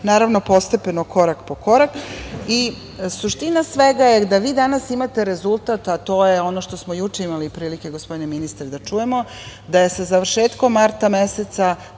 naravno, postepeno korak po korak. Suština svega je da vi danas imate rezultat, a to je ono što smo juče imali prilike, gospodine ministre da čujemo, da je sa završetkom marta meseca,